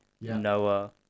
Noah